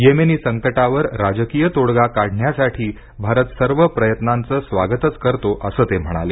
Yemeni संकटा वर राजकीय तोडगा काढण्यासाठी भारत सर्व प्रयत्नांचं स्वागतच करतो असं ते म्हणाले